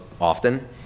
often